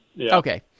Okay